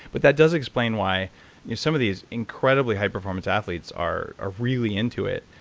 but that does explain why some of these incredibly high performance athletes are ah really into it.